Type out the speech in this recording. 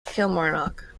kilmarnock